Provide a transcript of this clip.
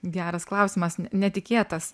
geras klausimas ne netikėtas